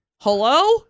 hello